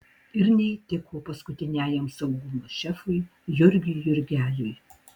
ir neįtiko paskutiniajam saugumo šefui jurgiui jurgeliui